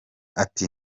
ati